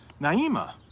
Naima